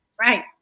Right